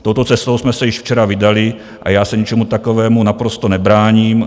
Touto cestou jsme se již včera vydali a já se ničemu takovému naprosto nebráním.